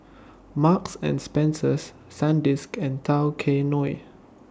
Marks and Spencer Sandisk and Tao Kae Noi